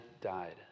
died